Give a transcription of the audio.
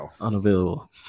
unavailable